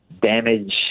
damage